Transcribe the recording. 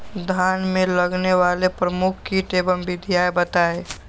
धान में लगने वाले प्रमुख कीट एवं विधियां बताएं?